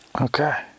Okay